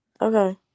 Okay